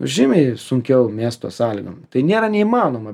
nu žymiai sunkiau miesto sąlygom tai nėra neįmanoma